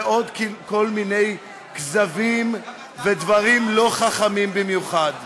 ועוד כל מיני כזבים ודברים לא חכמים במיוחד.